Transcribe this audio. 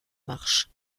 marche